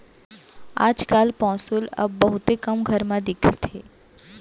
आज काल पौंसुल अब बहुते कम घर म दिखत हे